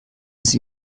sie